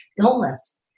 illness